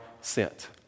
sent